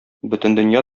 бөтендөнья